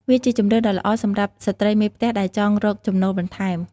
វាជាជម្រើសដ៏ល្អសម្រាប់ស្ត្រីមេផ្ទះដែលចង់រកចំណូលបន្ថែម។